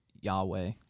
Yahweh